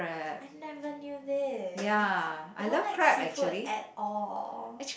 I never knew this I don't like seafood at all